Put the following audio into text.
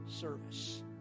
service